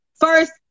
First